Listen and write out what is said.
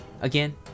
again